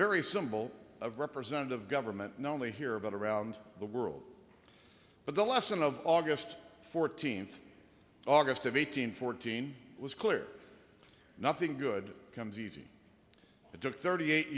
very symbol of representative government not only here but around the world but the lesson of august fourteenth august of eighteen fourteen was clear nothing good comes easy it took thirty eight